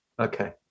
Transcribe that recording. Okay